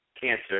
cancer